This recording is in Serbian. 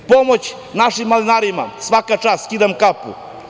Pomoć našim malinarima, svaka čast, skidam kapu.